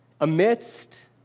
Amidst